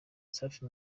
safi